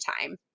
time